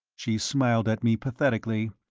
she smiled at me pathetically.